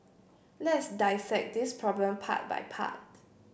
let's dissect this problem part by part